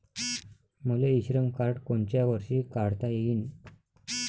मले इ श्रम कार्ड कोनच्या वर्षी काढता येईन?